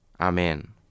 Amen